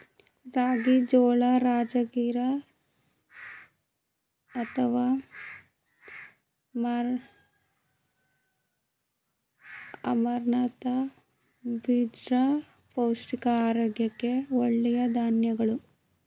ರಾಗಿ, ಜೋಳ, ರಾಜಗಿರಾ ಅಥವಾ ಅಮರಂಥ ಬಾಜ್ರ ಪೌಷ್ಟಿಕ ಆರೋಗ್ಯಕ್ಕೆ ಒಳ್ಳೆಯ ಧಾನ್ಯಗಳು